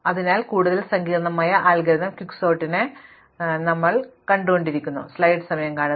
അതിനാൽ കൂടുതൽ സങ്കീർണ്ണമായ അൽഗോരിതം ക്വിക്സോർട്ടിനെ ഞങ്ങൾ എന്തിന് വിഷമിപ്പിക്കുന്നു